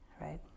right